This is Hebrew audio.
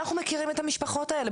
אנחנו מכירים את המשפחות האלה,